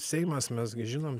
seimas mes gi žinom